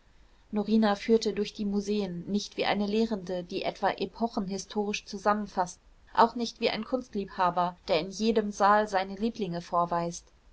norina führte durch die museen nicht wie eine lehrende die etwa epochen historisch zusammenfaßt auch nicht wie ein kunstliebhaber der in jedem saal seine lieblinge vorweist